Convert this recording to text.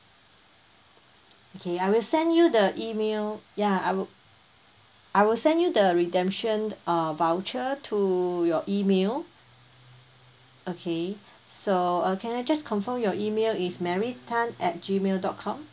okay I will send you the email ya I will I will send you the redemption err voucher to your email okay so uh can I just confirm your email is mary tan at gmail dot com